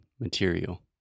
material